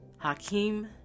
Hakeem